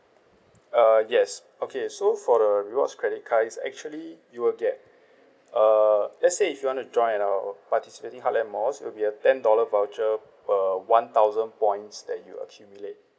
uh yes okay so for the rewards credit card it's actually you will get uh let's say if you want to join at our participating heartland malls it will be a ten dollar voucher per one thousand points that you accumulate